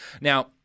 Now